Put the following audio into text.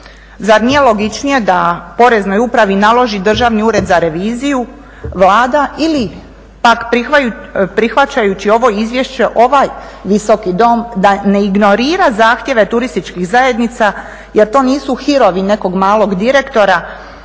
Zar nije logičnije da poreznoj upravi naloži Državni ured za reviziju, Vlada ili pak prihvaćajući ovo izvješće ovaj visoki dom da ne ignorira zahtjeve turističkih zajednica jer to nisu hirovi nekog malog direktora